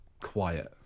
quiet